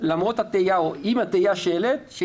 עם התהייה שהעלית,